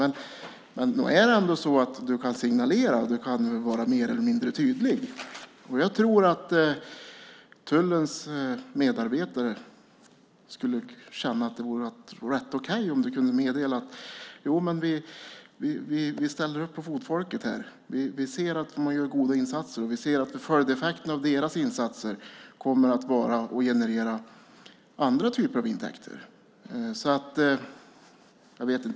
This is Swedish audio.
Men nog kan du väl signalera genom att vara mer eller mindre tydlig? Jag tror att tullens medarbetare skulle känna att det vore rätt okej om du kunde meddela att ni ställer upp för fotfolket, att ni ser att de gör goda insatser och att följdeffekterna av insatserna kommer att generera andra typer av intäkter.